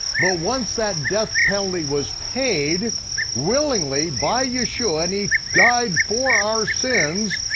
but once that death penalty was paid willingly by yeshua, and he died for our sins,